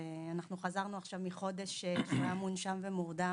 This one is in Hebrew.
ואנחנו חזרנו עכשיו מחודש שבו הוא היה מונשם ומורדם,